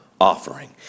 offering